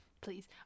please